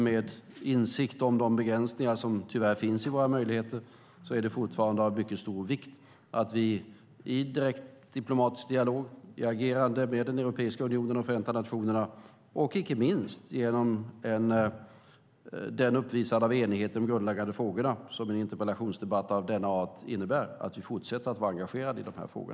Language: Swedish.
Med insikt om de begränsningar som tyvärr finns i våra möjligheter är det av stor vikt att vi i direkt diplomatisk dialog, i agerande genom Europeiska unionen och Förenta nationerna och icke minst genom det uppvisande av enighet i de grundläggande frågorna som en interpellationsdebatt av denna art innebär fortsätter att vara engagerade i dessa frågor.